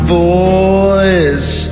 voice